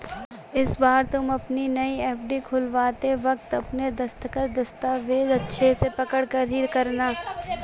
इस बार तुम अपनी नई एफ.डी खुलवाते वक्त अपने दस्तखत, दस्तावेज़ अच्छे से पढ़कर ही करना